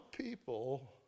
people